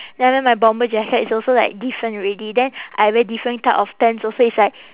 then I wear my bomber jacket it's also like different already then I wear different type of pants also it's like